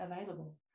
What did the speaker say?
available